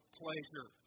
pleasure